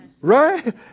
right